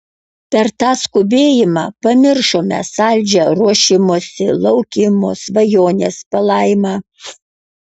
per tą skubėjimą pamiršome saldžią ruošimosi laukimo svajonės palaimą